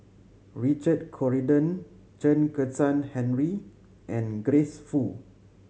Richard Corridon Chen Kezhan Henri and Grace Fu